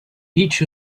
each